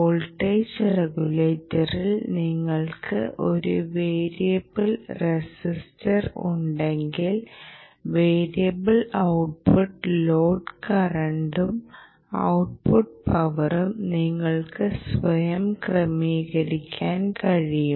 voltage റെഗുലേറ്ററിൽ നിങ്ങൾക്ക് ഒരു വേരിയബിൾ റെസിസ്റ്റർ ഉണ്ടെങ്കിൽ വേരിയബിൾ ഔട്ട്പുട്ട് ലോഡ് കറണ്ടും ഔട്ട്പുട്ട് പവറും നിങ്ങൾക്ക് സ്വയം ക്രമീകരിക്കാൻ കഴിയും